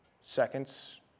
seconds